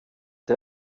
der